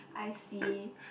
I see